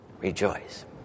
rejoice